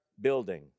building